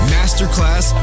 Masterclass